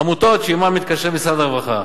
עמותות שעמן מתקשר משרד הרווחה: